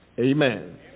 Amen